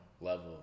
level